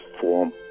form